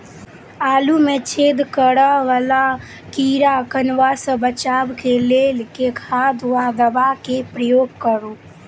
आलु मे छेद करा वला कीड़ा कन्वा सँ बचाब केँ लेल केँ खाद वा दवा केँ प्रयोग करू?